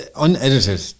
unedited